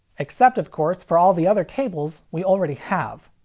except of course for all the other cables we already have.